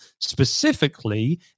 specifically